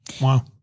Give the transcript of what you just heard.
Wow